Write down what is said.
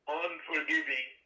unforgiving